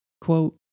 Quote